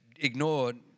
ignored